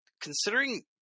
considering